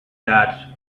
that